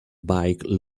bike